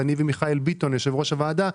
אני ומיכאל ביטון יו"ר הוועדה,